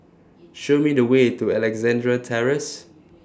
Show Me The Way to Alexandra Terrace